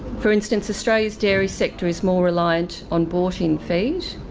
for instance, australia's dairy sector is more reliant on bought in feet,